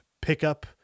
pickup